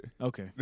Okay